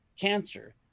cancer